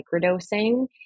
microdosing